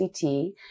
CT